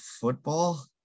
football